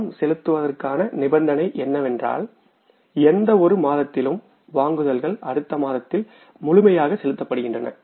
பணம் செலுத்துவதற்கான நிபந்தனை என்னவென்றால் எந்தவொரு மாதத்திலும் வாங்குதல்கள் அடுத்த மாதத்தில் முழுமையாக செலுத்தப்படுகின்றன